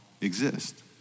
exist